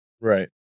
Right